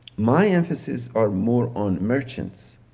my emphasis are more on merchants,